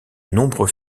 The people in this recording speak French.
nombreux